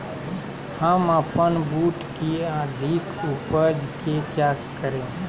हम अपन बूट की अधिक उपज के क्या करे?